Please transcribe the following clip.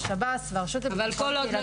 והשב"ס והרשות לביטחון קהילתי -- אבל כל עוד לא